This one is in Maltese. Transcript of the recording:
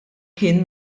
kien